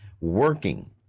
working